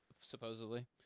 supposedly